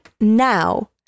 now